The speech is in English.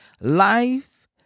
Life